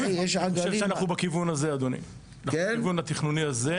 אני חושב שאנחנו בכיוון התכנוני הזה.